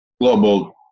global